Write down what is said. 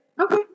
Okay